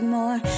more